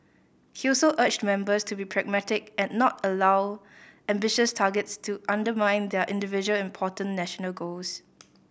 he also urged members to be pragmatic and not allow ambitious targets to undermine their individual important national goals